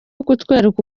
kutwereka